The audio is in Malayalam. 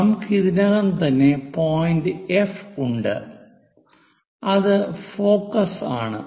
നമുക്ക് ഇതിനകം തന്നെ പോയിന്റ് എഫ് ഉണ്ട് അത് ഫോക്കസ് ആണ്